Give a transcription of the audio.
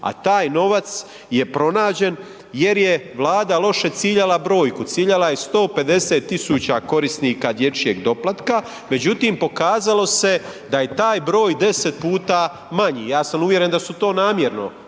a taj novac je pronađen jer je Vlada loše ciljala brojku. Ciljala je 150000 korisnika dječjeg doplatka, međutim pokazalo se da je taj broj 10 puta manji. Ja sam uvjeren da su to namjerno